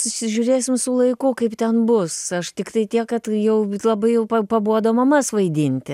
susižiūrėsim su laiku kaip ten bus aš tiktai tiek kad jau labai jau pa pabodo mamas vaidinti